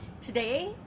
today